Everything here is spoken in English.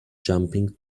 jumping